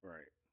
Right